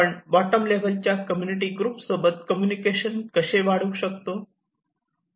आपण bottom level च्या community group सोबत कम्युनिकेशन कसे वाढवू शकतो